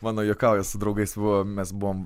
mano juokauja su draugais va mes buvom